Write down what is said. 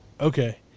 Okay